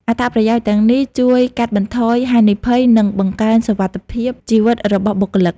អត្ថប្រយោជន៍ទាំងនេះជួយកាត់បន្ថយហានិភ័យ និងបង្កើនសុវត្ថិភាពជីវិតរបស់បុគ្គលិក។